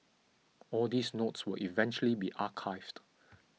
all these notes will eventually be archived